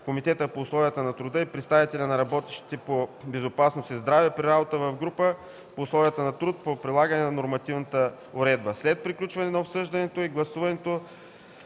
Комитета по условията на труд и на представителя на работещите по безопасност и здраве при работа в групата по условия на труд по прилагане на нормативната уредба. След приключване на обсъждането и гласуване